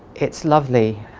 it's lovely,